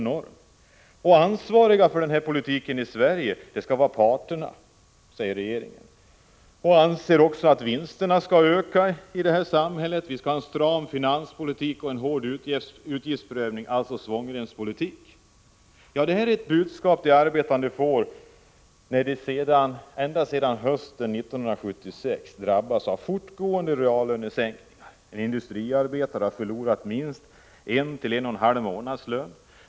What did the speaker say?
Ansvariga för den politiken i Sverige är parterna i avtalsrörelsen, säger regeringen. Den anser också att vinsterna skall öka och att det skall vara en stram finanspolitik och en hård utgiftsprövning — alltså svångremspolitik. Detta är det budskap som de arbetande får när de ända sedan hösten 1976 har drabbats av fortgående reallönesänkningar. En industriarbetare har förlorat en å en och en halv månadslön.